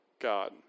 God